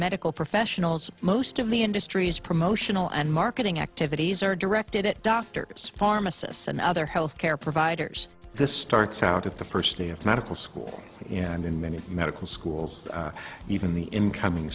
medical professionals most of the industry's promotional and marketing activities are directed at doctors pharmacists and other health care providers this starts out at the first medical school and in many medical schools even the incoming